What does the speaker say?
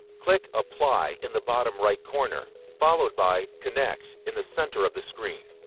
click apply in the bottom right corner, followed by connect in the center of the screen.